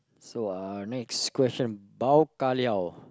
so uh next question bao ka liao